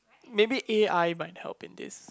maybe A I might help in this